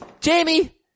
Jamie